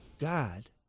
God